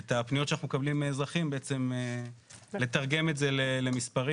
את הפניות שאנחנו מקבלים מאזרחים בעצם לתרגם את זה למספרים.